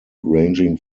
ranging